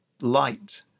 light